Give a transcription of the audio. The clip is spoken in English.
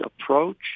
approach